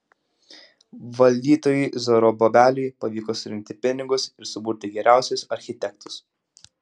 valdytojui zorobabeliui pavyko surinkti pinigus ir suburti geriausius architektus